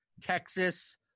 Texas